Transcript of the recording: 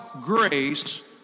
grace